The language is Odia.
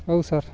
ହଉ ସାର୍